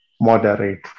moderate